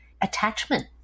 attachment